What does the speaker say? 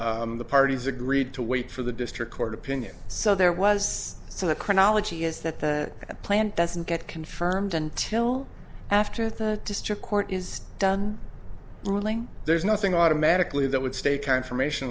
the parties agreed to wait for the district court opinion so there was so the chronology is that the plan doesn't get confirmed until after the district court is done ruling there's nothing automatically that would stay confirmation